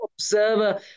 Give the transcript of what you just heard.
observer